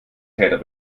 täter